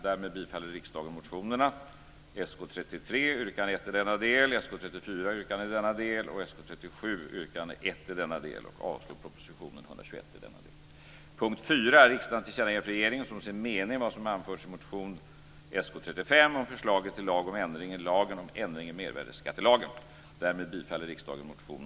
Under punkt 4 yrkas att riksdagen tillkännager för regeringen som sin mening vad som anförts i motion